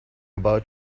about